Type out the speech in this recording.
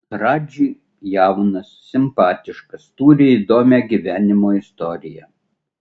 radži jaunas simpatiškas turi įdomią gyvenimo istoriją